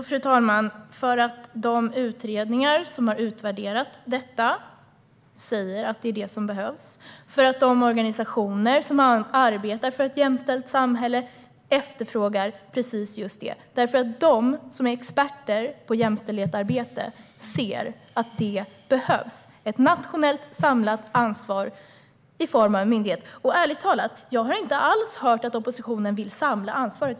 Fru talman! Därför att de utredningar som har utvärderat frågan säger att det är det som behövs och därför att de organisationer som arbetar för ett jämställt samhälle efterfrågar just detta. De som är experter på jämställdhetsarbete ser att detta behövs: ett nationellt samlat ansvar i form av en myndighet. Ärligt talat har jag inte alls hört att oppositionen vill samla ansvaret.